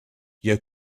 your